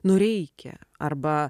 nu reikia arba